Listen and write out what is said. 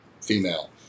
female